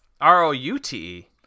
R-O-U-T-E